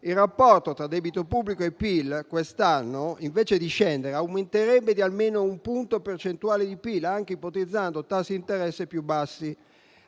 il rapporto tra debito pubblico e PIL quest'anno, anziché scendere, aumenterebbe di almeno un punto percentuale di PIL, anche ipotizzando tassi d'interesse più bassi.